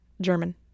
German